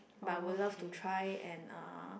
but will love to try and uh